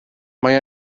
mae